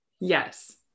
Yes